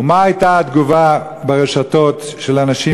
ומה הייתה התגובה ברשתות של אנשים